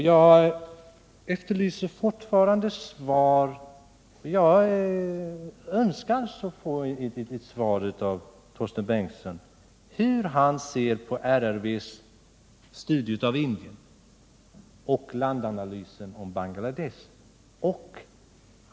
Jag efterlyser fortfarande ett svar av Torsten Bengtson om hur han ser på RRV:s studium av Indien och landanalysen av Bangladesh.